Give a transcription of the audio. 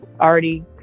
already